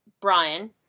Brian